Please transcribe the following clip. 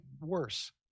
worse